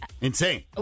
Insane